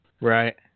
Right